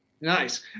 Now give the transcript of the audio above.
Nice